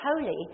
holy